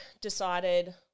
decided